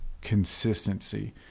consistency